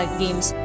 games